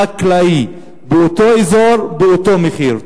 חקלאי, באותו אזור, באותו מחיר.